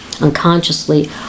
unconsciously